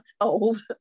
old